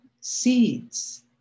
seeds